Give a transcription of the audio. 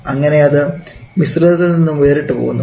അങ്ങനെ അത് മിശ്രിതത്തിൽ നിന്നും വേറിട്ട് പോകുന്നു